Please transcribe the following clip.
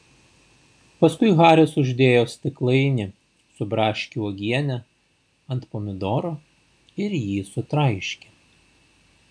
paskui haris uždėjo stiklainį su braškių uogiene ant pomidoro ir jį sutraiškė